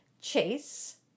Chase